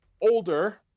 older